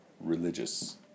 religious